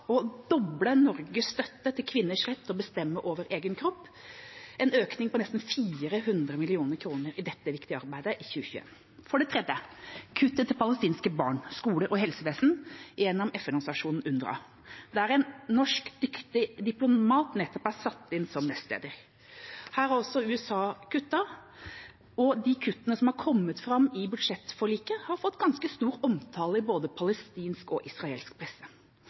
doble Norges støtte til kvinners rett til å bestemme over egen kropp, en økning på nesten 400 mill. kr til dette viktige arbeidet i 2021. Det tredje er kuttene til palestinske barn, skoler og helsevesen gjennom FN-organisasjonen UNRWA, der en norsk dyktig diplomat nettopp er satt inn som nestleder. Her har også USA kuttet. De kuttene som har kommet fram i budsjettforliket, har fått ganske stor omtale i både palestinsk og israelsk presse.